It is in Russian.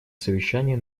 совещании